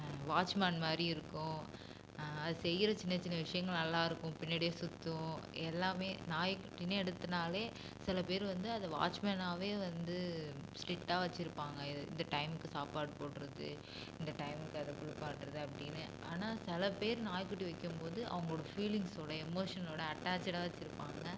watchman மாதிரி இருக்கும் அது செய்கிற சின்ன சின்ன விஷயங்கள் நல்லாயிருக்கும் பின்னாடியே சுற்றும் எல்லாமே நாய்க்குட்டினே எடுத்துனாலே சில பேர் வந்து அதை வாட்ச்மேனாகவே வந்து ஸ்ட்ரிட்டாக வெச்சுருப்பாங்க இது இந்த டைமுக்கு சாப்பாடு போடுறது இந்த டைமுக்கு அதை குளிப்பாட்டுறது அப்படின்னு ஆனால் சில பேர் நாய்க்குட்டி வைக்கும்போது அவங்களோட ஃபீலிங்ஸோடு எமோஷனோடு அட்டேச்சுடாக வெச்சுருப்பாங்க